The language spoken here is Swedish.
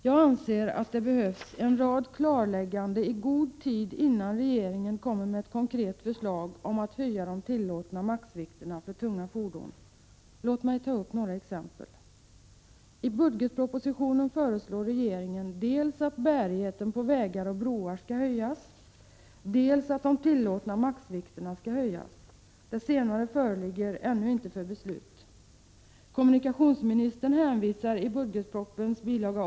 Jag anser att det behövs en rad klarlägganden i god tid innan regeringen kommer med ett konkret förslag om att höja de tillåtna maxvikterna för tunga fordon. Låt mig ta några exempel. I budgetpropositionen föreslår regeringen dels att bärigheten på vägar och broar skall höjas, dels att de tillåtna maxvikterna skall höjas. Det senare förslaget föreligger ännu inte för beslut. Kommunikationsministern hänvisar i budgetpropositionens bil.